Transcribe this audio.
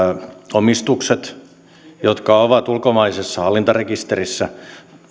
omistukset jotka ovat ulkomaisessa hallintarekisterissä